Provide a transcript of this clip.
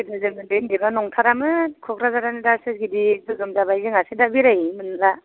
गोदो जों उन्दै उन्दैबा नंथारामोन क'कराझारानो दासो गिदिर गोगोम जाबाय जोंहासो दा बेरायनोनो मोनला